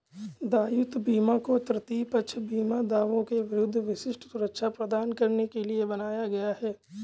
दायित्व बीमा को तृतीय पक्ष बीमा दावों के विरुद्ध विशिष्ट सुरक्षा प्रदान करने के लिए बनाया गया है